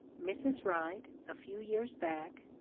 mrs. wright, a few years back,